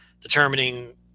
determining